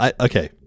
okay